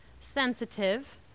sensitive